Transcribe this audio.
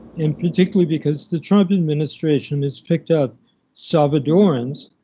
and particularly because the trump administration has picked up salvadorans